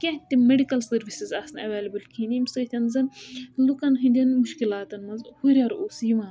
کیٚنٛہہ تہِ medical services ٲس نہٕ ایولیبٕل کِہیٖنٛۍ یِمہِ سٟتیٚن زَن لُکَن ہٕنٛدیٚن مُشکلاتَن منٛز ہُرِیٚر اوس یِوان